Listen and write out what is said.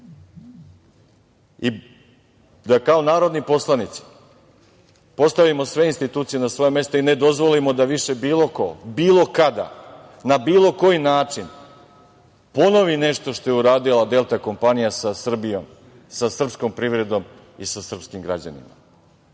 da kao narodni poslanici postavimo sve institucije na svoja mesta i ne dozvolimo da više bilo ko, bilo kada, na bilo koji način, ponovi nešto što je uradila Delta kompanija sa Srbijom, sa srpskom privredom i sa srpskim građanima.